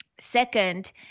Second